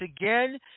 again